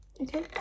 okay